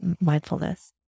mindfulness